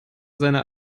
seine